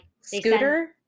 Scooter